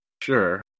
sure